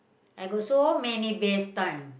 I got so many best time